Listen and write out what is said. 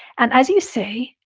and as you see,